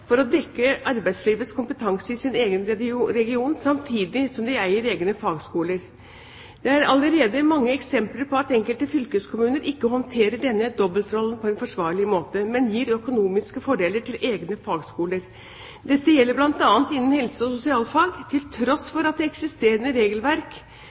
for å dekke arbeidslivets kompetansebehov i sin egen region samtidig som de eier egne fagskoler. Det er allerede nå mange eksempler på at enkelte fylkeskommuner ikke håndterer denne dobbeltrollen på en forsvarlig måte, men gir økonomiske fordeler til egne fagskoler. Dette gjelder bl.a. innen helse- og sosialfag, til tross